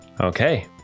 Okay